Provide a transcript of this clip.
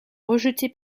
rejeté